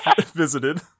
visited